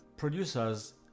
Producers